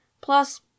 Plus